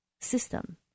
system